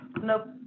Nope